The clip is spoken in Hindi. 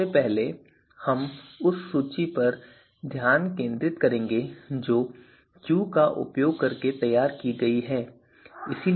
सबसे पहले हम उस सूची पर ध्यान केंद्रित करेंगे जो Q का उपयोग करके तैयार की गई है